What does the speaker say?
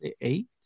eight